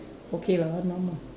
okay lah normal